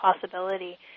possibility